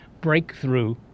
breakthrough